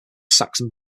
saxon